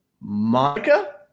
Monica